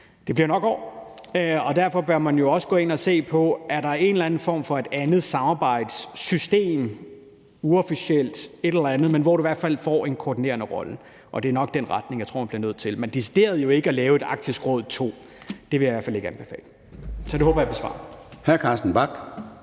det bliver jo nok år. Og derfor bør man jo også gå ind og se på: Er der en eller anden form for et andet samarbejdssystem, uofficielt, hvor man i hvert fald får en koordinerende rolle? Det er nok den retning, jeg tror man bliver nødt til at vælge, men jo ikke decideret at lave et Arktisk Råd II. Det vil jeg i hvert fald ikke anbefale. Det håber jeg besvarer